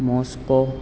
Moscow